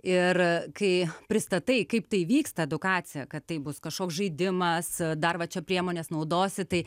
ir kai pristatai kaip tai vyksta edukacija kad tai bus kažkoks žaidimas dar va čia priemones naudosi tai